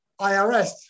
IRS